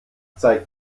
zeigt